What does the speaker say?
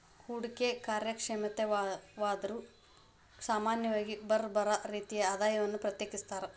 ಹೂಡ್ಕಿ ಕಾರ್ಯಕ್ಷಮತಾದಾರ್ರು ಸಾಮಾನ್ಯವಾಗಿ ಬ್ಯರ್ ಬ್ಯಾರೆ ರೇತಿಯ ಆದಾಯವನ್ನ ಪ್ರತ್ಯೇಕಿಸ್ತಾರ್